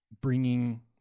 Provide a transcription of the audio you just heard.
bringing